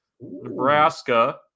Nebraska